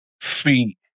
feet